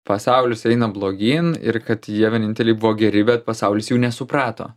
pasaulis eina blogyn ir kad jie vieninteliai buvo geri bet pasaulis jų nesuprato